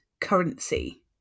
currency